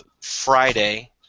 Friday